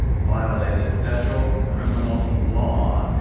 violated federal criminal law,